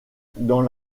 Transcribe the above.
dans